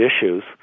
issues